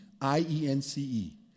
I-E-N-C-E